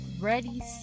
Ready